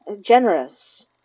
generous